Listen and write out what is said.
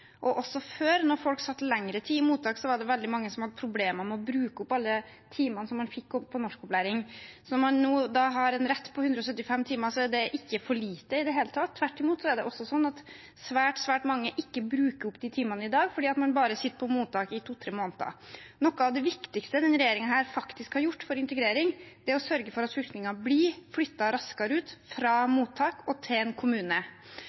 Også før, da folk satt lengre tid i mottak, var det veldig mange som hadde problemer med å bruke opp alle de timene man fikk med norskopplæring. Så når man nå har en rett på 175 timer, er det ikke for lite i det hele tatt. Tvert imot er det slik at svært mange ikke bruker opp de timene i dag, fordi de sitter på mottak i bare to–tre måneder. Noe av det viktigste denne regjeringen har gjort for integrering, er å sørge for at flyktninger blir flyttet raskere ut fra mottak til en kommune.